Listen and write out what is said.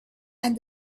and